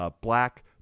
black